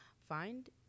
find